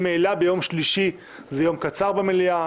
ממילא ביום שלישי זה יום קצר במליאה,